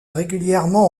régulièrement